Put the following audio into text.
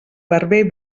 barber